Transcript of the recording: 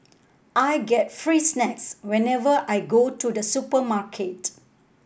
I get free snacks whenever I go to the supermarket